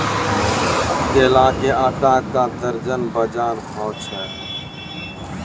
केला के आटा का दर्जन बाजार भाव छ?